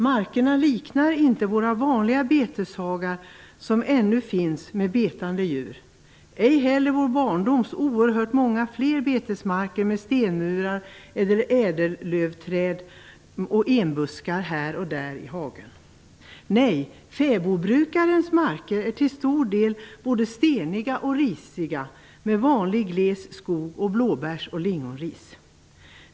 Markerna liknar inte våra vanliga beteshagar som ännu finns med betande djur, ej heller vår barndoms oerhört många fler betesmarker med stenmurar eller med ädellövträd och enbuskar här och där i hagen. Nej, fäbodbrukarens marker är till stor del både steniga och risiga med vanlig gles skog och blåbärs och lingonris.